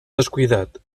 descuidat